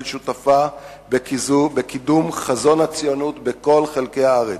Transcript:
שותפה בקידום חזון הציונות בכל חלקי הארץ,